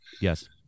Yes